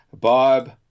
Bob